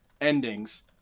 endings